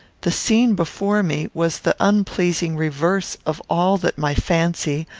the scene before me was the unpleasing reverse of all that my fancy,